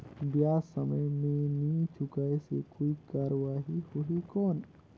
ब्याज समय मे नी चुकाय से कोई कार्रवाही होही कौन?